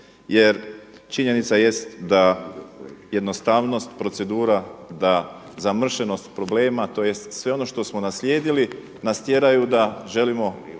jer činjenica jest da jednostavnost procedura, da zamršenost problema tj. sve ono što smo naslijedili nas tjeraju da želimo